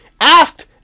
asked